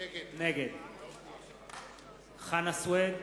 נגד חנא סוייד,